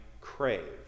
crave